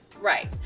right